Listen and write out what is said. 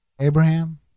Abraham